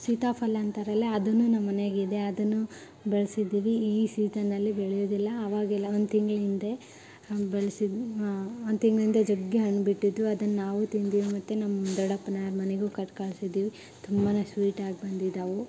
ಸೀತಾಫಲ ಅಂತಾರಲ್ಲ ಅದನ್ನು ನಮ್ಮಮನೆಗಿದೆ ಅದನ್ನು ಬೆಳ್ಸಿದೀವಿ ಈ ಸೀಸನಲ್ಲಿ ಬೆಳೆಯೋದಿಲ್ಲ ಅವಾಗೆಲ್ಲ ಒಂದು ತಿಂಗಳಿಂದೆ ಬೆಳ್ಸಿದ್ದು ಒಂದು ತಿಂಗಳಿಂದೆ ಜಗ್ಗಿ ಹಣ್ಣು ಬಿಟ್ಟಿದ್ದವು ಅದನ್ನು ನಾವು ತಿಂದೀವ್ ಮತ್ತು ನಮ್ಮ ದೊಡ್ಡಪ್ಪನವ್ರ ಮನೆಗೂ ಕೊಟ್ಟು ಕಳ್ಸಿದೀವಿ ತುಂಬ ಸ್ವೀಟಾಗಿ ಬಂದಿದಾವು